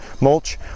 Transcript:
mulch